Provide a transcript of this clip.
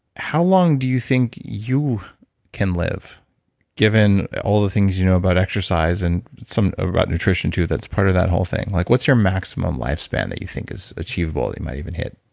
how long do you think you can live given all the things you know about exercise and some about nutrition too that's part of that whole thing. like what's your maximum lifespan that you think is achievable, it might even hit?